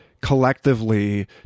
collectively